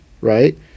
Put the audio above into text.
right